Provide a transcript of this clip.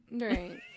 Right